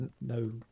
no